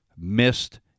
missed